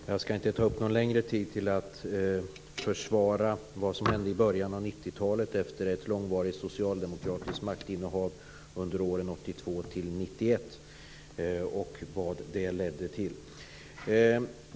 Fru talman! Jag ska inte ta upp någon längre tid till att försvara vad som hände i början av 90-talet efter ett långvarigt socialdemokratiskt maktinnehav under åren 1982-1991 och vad det ledde till.